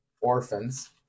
orphans